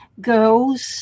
goes